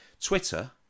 Twitter